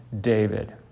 David